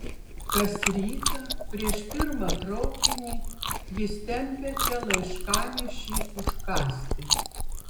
kas rytą prieš pirmą traukinį jis tempia čia laiškanešį užkąsti